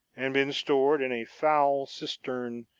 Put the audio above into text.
and been stored in a foul cistern,